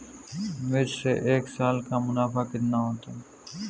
मिर्च से एक साल का मुनाफा कितना होता है?